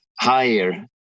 higher